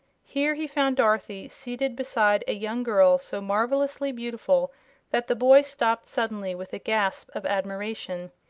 here he found dorothy seated beside a young girl so marvelously beautiful that the boy stopped suddenly with a gasp of admiration.